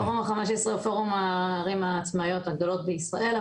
פורום ה-15 הוא פורום הערים העצמאיות הגדולות בישראל.